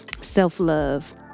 Self-love